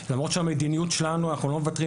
למרות שהמדיניות שלנו אנחנו לא מוותרים